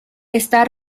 está